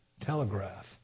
telegraph